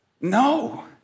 No